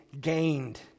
gained